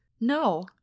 No